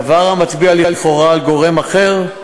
דבר המצביע לכאורה על גורם אחר,